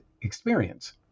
experience